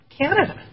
Canada